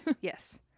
yes